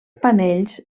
panells